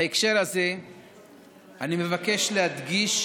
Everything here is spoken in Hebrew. בהקשר הזה אני מבקש להדגיש